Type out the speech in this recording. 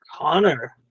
Connor